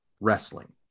wrestling